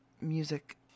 music